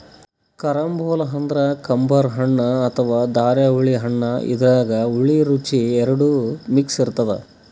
carambola ಅಂದ್ರ ಕಂಬರ್ ಹಣ್ಣ್ ಅಥವಾ ಧಾರೆಹುಳಿ ಹಣ್ಣ್ ಇದ್ರಾಗ್ ಹುಳಿ ರುಚಿ ಎರಡು ಮಿಕ್ಸ್ ಇರ್ತದ್